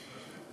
זה עוזר.